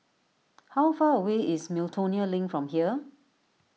how far away is Miltonia Link from here